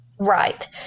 Right